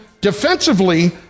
defensively